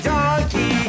Donkey